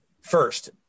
first